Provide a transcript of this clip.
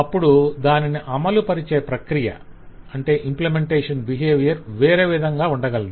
అప్పుడు దానిని అమలు పరచే ప్రక్రియ వేరే విధంగా ఉండగలదు